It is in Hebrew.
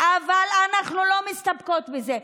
אבל אנחנו לא מסתפקות בזה.